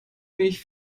mich